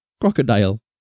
Crocodile